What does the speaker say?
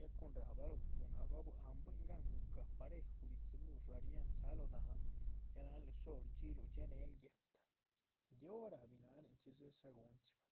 Ya cúhun rahba lóho shgunáhc bah bua´c, ahn búihin gáhan gu´cah pareju, burraruh and cháha lóho dahán ya nanluh shór dxiluh dxienehl guéhta, yóc ráhbi naninchxí. dxé, shá guhunchxibah